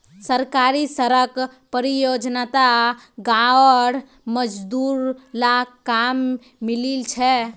सरकारी सड़क परियोजनात गांउर मजदूर लाक काम मिलील छ